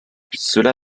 cela